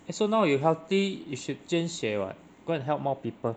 eh so now you healthy you should 捐血 what go and help more people